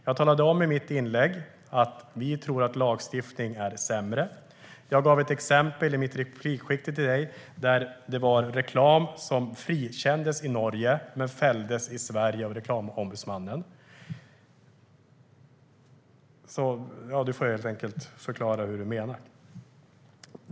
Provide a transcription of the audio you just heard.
Jag talade i mitt huvudanförande om att vi tror att lagstiftning är sämre. Jag gav sedan i min första replik ett exempel på att reklam frikänts i Norge men fällts i Sverige av Reklamombudsmannen. Du får helt enkelt förklara hur du menar, Annika Hirvonen Falk.